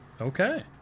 Okay